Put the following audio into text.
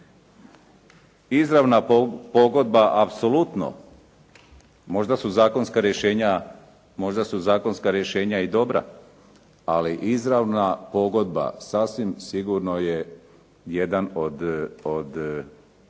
Izravna pogodba apsolutno, možda su zakonska rješenja i dobra, ali izravna pogodba sasvim sigurno je jedan od